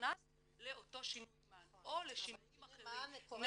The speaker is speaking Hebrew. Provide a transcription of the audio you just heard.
נכנס לאותו שינוי מען או לשינויים אחרים.